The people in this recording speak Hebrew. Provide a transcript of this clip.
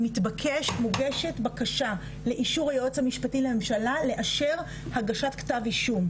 מוגשת בקשה לאישור היועץ המשפטי לממשלה לאשר הגשת כתב אישום,